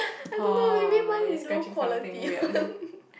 I don't know maybe mine is low quality [one]